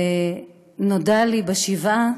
נודע לי בשבעה